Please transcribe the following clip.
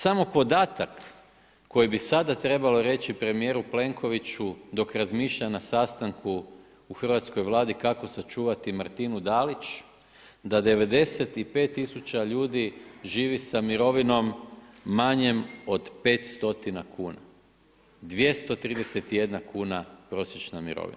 Samo podatak koji bi sada trebalo reći premijeru Plenkoviću dok razmišlja na sastanku u hrvatskoj Vladi kako sačuvati Martinu DAlić da 95.000 ljudi živi sa mirovinom manjom od 500 kuna, 231 kuna prosječna mirovina.